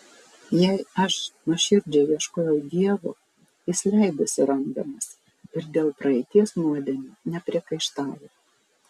jei aš nuoširdžiai ieškojau dievo jis leidosi randamas ir dėl praeities nuodėmių nepriekaištavo